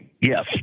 Yes